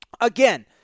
Again